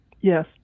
Yes